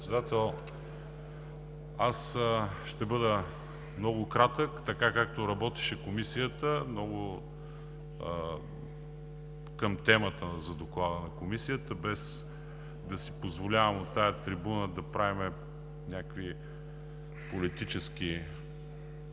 Председател! Аз ще бъда много кратък. Така както работеше Комисията – много към темата за Доклада на Комисията, без да си позволяваме от тази трибуна да правим някакви политически